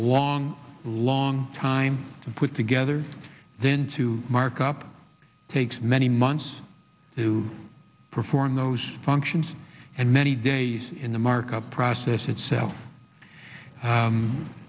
long long time to put together then to mark up takes many months to perform those functions and many days in the markup process itself